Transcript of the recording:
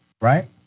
right